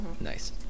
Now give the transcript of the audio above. Nice